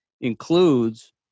includes